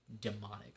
demonic